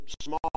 small